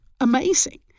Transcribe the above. amazing